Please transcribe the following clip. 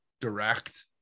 direct